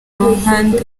ruhande